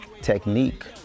technique